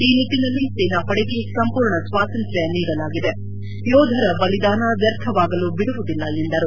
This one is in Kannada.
ಈ ನಿಟ್ಟಿನಲ್ಲಿ ಸೇನಾಪಡೆಗೆ ಸಂಪೂರ್ಣ ಸ್ವಾತಂತ್ರ್ಯ ನೀಡಲಾಗಿದೆ ಯೋಧರ ಬಲಿದಾನ ವ್ಯರ್ಥವಾಗಲು ಬಿಡುವುದಿಲ್ಲ ಎಂದರು